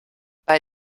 bei